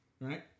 right